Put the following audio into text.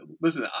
listen